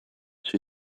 she